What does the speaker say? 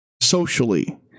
socially